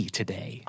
today